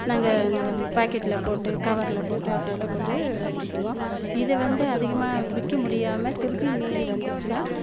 நாங்கள் அந்த பாக்கெட்டில் போட்டு கவரில் போட்டு அப்படியெல்லாம் போட்டு விற்குவோம் இது வந்து அதிகமாக விற்க முடியாமல் திருப்பி மீதி வந்திருச்சின்னா